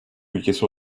ülkesi